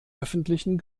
öffentlichen